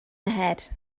ahead